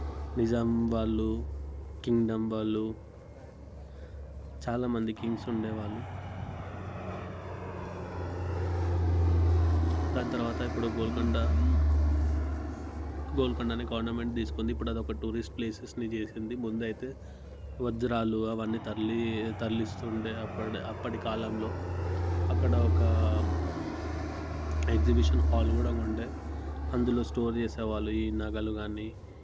నిజాం వాళ్ళు కింగ్డమ్ వాళ్ళు చాలామంది కింగ్స్ ఉండేవాళ్ళు దాని తర్వాత ఇప్పుడు గోల్కొండ గోల్కొండని గవర్నమెంట్ తీసుకుంది ఇప్పుడు అది ఒక టూరిస్ట్ ప్లేసెస్ని చేసింది ముందు అయితే వజ్రాలు అవన్నీ తరలి తరలిస్తు ఉండే అప్పటి అప్పటి కాలంలో అక్కడ ఒక ఎగ్జిబిషన్ హాల్ కూడా ఉండే అందులో స్టోర్ చేసేవాళ్ళు ఈ నగలు కానీ